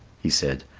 he said,